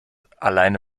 alleine